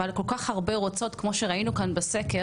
אבל כל כך הרבה רוצות כמו שראינו כאן בסקר